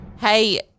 Hey